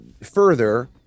further